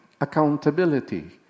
accountability